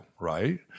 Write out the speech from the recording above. right